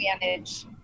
manage